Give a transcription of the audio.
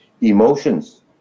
emotions